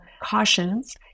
cautions